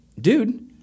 dude